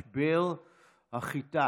משבר החיטה,